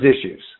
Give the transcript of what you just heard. issues